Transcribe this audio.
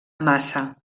massa